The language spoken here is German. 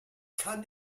kann